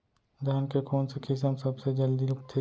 धान के कोन से किसम सबसे जलदी उगथे?